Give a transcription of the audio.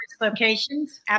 locations